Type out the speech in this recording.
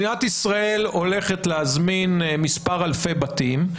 מדינת ישראל הולכת להזמין מספר אלפי בתים.